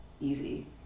easy